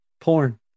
Porn